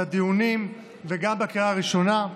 בדיונים וגם בקריאה ראשונה.